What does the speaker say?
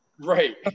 Right